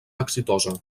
exitosa